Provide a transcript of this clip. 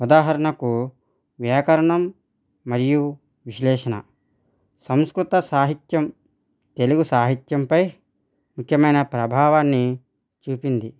ఉదాహరణకు వ్యాకరణం మరియు విశ్లేషణ సంస్కృత సాహిత్యం తెలుగు సాహిత్యంపై ముఖ్యమైన ప్రభావాన్ని చూపింది